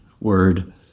word